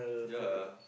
yea